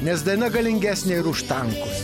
nes daina galingesnė ir už tankus